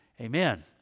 Amen